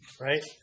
right